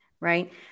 right